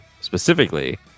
specifically